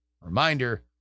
Reminder